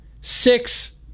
Six